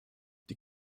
die